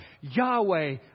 Yahweh